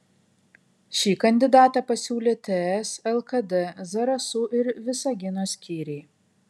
šį kandidatą pasiūlė ts lkd zarasų ir visagino skyriai